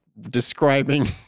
describing